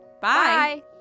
Bye